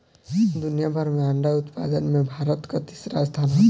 दुनिया भर में अंडा उत्पादन में भारत कअ तीसरा स्थान हअ